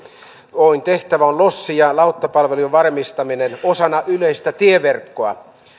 oyn tehtävä on lossi ja lauttapalvelujen varmistaminen osana yleistä tieverkkoa